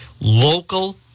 Local